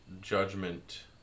judgment